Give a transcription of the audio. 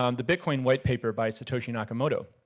um the bitcoin whitepaper by satoshi nakamoto.